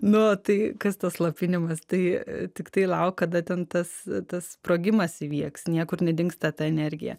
nu tai kas tas slopinimas tai tiktai lauk kada ten tas sprogimas įvyks niekur nedingsta ta energija